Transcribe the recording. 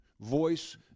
voice